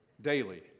daily